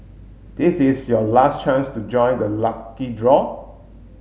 this is your last chance to join the lucky draw